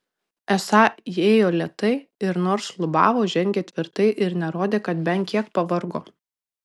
esą ėjo lėtai ir nors šlubavo žengė tvirtai ir nerodė kad bent kiek pavargo